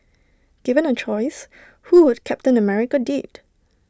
given A choice who would captain America date